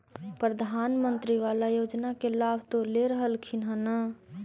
प्रधानमंत्री बाला योजना के लाभ तो ले रहल्खिन ह न?